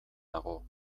dago